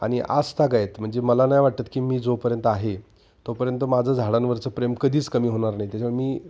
आणि आजतागत म्हणजे मला नाही वाटत की मी जोपर्यंत आहे तोपर्यंत माझं झाडांवरचं प्रेम कधीच कमी होणार नाही त्याच्यामुळे मी